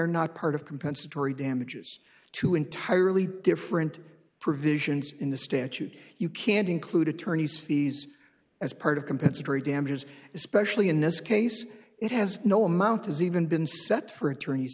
not part of compensatory damages two entirely different provisions in the statute you can't include attorney's fees as part of compensatory damages especially in this case it has no amount has even been set for attorney